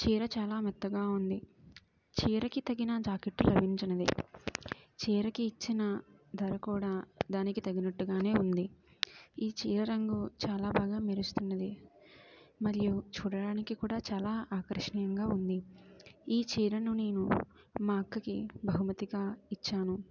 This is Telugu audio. చీర చాలా మెత్తగా ఉంది చీరకి తగిన జాకెట్ లభించింది చీరకి ఇచ్చిన ధర కూడా దానికి తగినట్టుగా ఉంది ఈ చీర రంగు చాలా బాగా మెరుస్తున్నది మరియు చూడడానికి చాలా ఆకర్షణీయంగా ఉంది ఈ చీరను నేను మా అక్కకి బహుమతిగా ఇచ్చాను